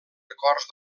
records